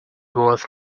worth